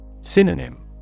Synonym